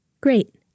Great